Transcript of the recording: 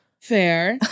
Fair